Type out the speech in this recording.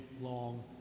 long